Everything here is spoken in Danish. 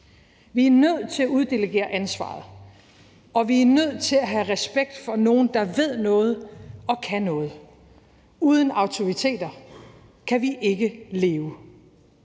Vi er nødt til at uddelegere ansvaret, og vi er nødt til at have respekt for nogen, der ved noget og kan noget. ... Uden autoriteter kan vi ikke leve.«